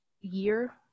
year